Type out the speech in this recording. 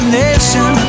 nation